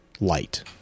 light